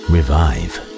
Revive